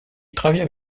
travaille